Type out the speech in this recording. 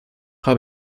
habe